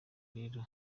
rero